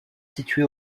situé